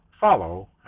follow